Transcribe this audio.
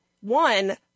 one